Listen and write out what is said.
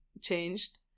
changed